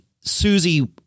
Susie